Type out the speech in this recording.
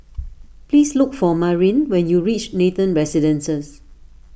please look for Marin when you reach Nathan Residences